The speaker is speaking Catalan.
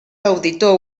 auditor